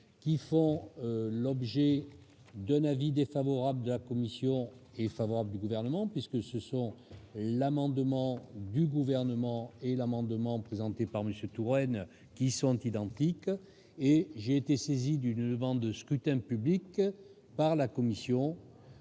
qui font l'objet d'un avis défavorable de la commission est favorable du gouvernement puisque ce sont l'amendement du gouvernement et l'amendement présente. Et par Monsieur Touraine, qui sont identiques et j'ai été saisi d'une demande de scrutin public par la commission